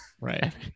Right